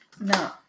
no